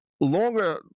Longer